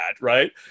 right